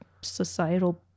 societal